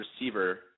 receiver